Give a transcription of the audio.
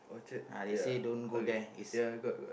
uh they say don't go there is